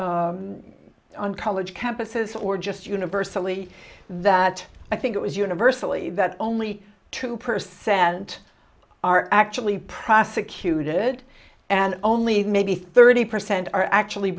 e on college campuses or just universally that i think it was universally that only two percent are actually prosecuted and only maybe thirty percent are actually